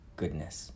goodness